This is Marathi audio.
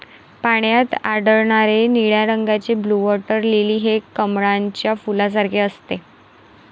पाण्यात आढळणारे निळ्या रंगाचे ब्लू वॉटर लिली हे कमळाच्या फुलासारखे असते